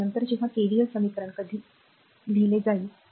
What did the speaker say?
नंतर जेव्हा KVL समीकरण कधी जाईल ते दिसेल